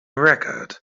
record